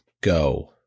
go